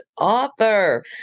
author